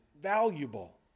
valuable